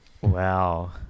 Wow